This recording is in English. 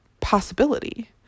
possibility